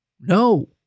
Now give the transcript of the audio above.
no